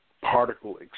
particle